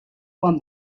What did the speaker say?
won